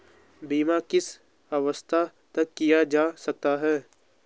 बीमा किस अवस्था तक किया जा सकता है?